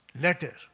letter